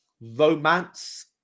romance